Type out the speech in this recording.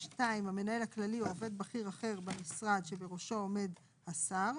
"(2) המנהל הכללי או עובד בכיר אחר במשרד שבראשו עומד השר,".